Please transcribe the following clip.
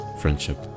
friendship